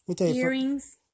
earrings